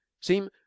seem